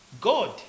God